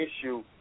issue